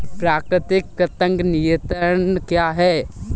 प्राकृतिक कृंतक नियंत्रण क्या है?